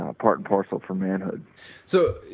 ah part and parcel for men ah so,